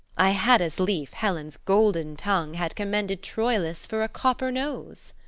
i had as lief helen's golden tongue had commended troilus for a copper nose.